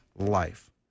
life